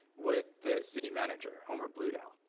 with the city manager, homer bludau.